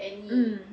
mm